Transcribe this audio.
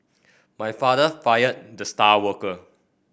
my father fired the star worker